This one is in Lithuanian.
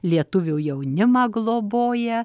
lietuvių jaunimą globoja